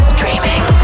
Streaming